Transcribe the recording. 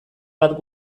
bat